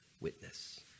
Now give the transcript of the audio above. witness